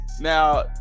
Now